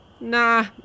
Nah